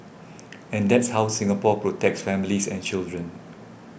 and that's how Singapore protects families and children